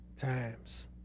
times